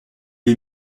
est